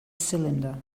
cylinder